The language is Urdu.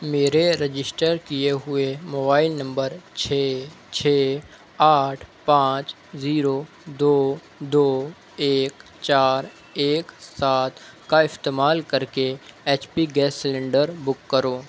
میرے رجسٹر کیے ہوئے موبائل نمبر چھ چھ آٹھ پانچ زیرو دو دو ایک چار ایک سات کا استعمال کر کے H P gas cylinder book کرو